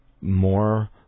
more